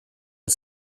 and